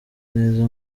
neza